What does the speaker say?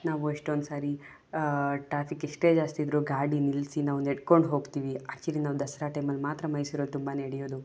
ನಾವು ಎಷ್ಟೊಂದು ಸಾರಿ ಟ್ರಾಫಿಕ್ ಎಷ್ಟೇ ಜಾಸ್ತಿ ಇದ್ದರೂ ಗಾಡಿ ನಿಲ್ಲಿಸಿ ನಾವು ನಡ್ಕೊಂಡು ಹೋಗ್ತೀವಿ ಆ್ಯಕ್ಚುಲಿ ನಾವು ದಸರಾ ಟೈಮಲ್ಲಿ ಮಾತ್ರ ಮೈಸೂರಲ್ಲಿ ತುಂಬ ನಡೆಯೋದು